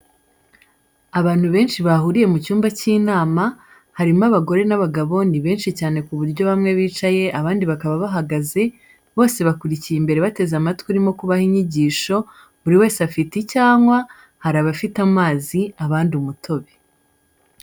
Abantu benshi bahuriye mu cyumba cy'inama, harimo abagore n'abagabo ni benshi cyane ku buryo bamwe bicaye abandi bakaba bahagaze, bose bakurikiye imbere bateze amatwi urimo kubaha inyigisho, buri wese afite icyo anywa, hari abafite amazi abandi umutobe.